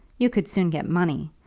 you could soon get money.